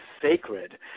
sacred